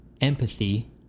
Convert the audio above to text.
empathy